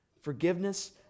forgiveness